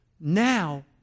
now